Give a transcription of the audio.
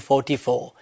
44